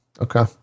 Okay